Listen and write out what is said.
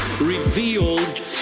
revealed